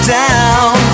down